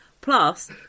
Plus